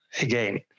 again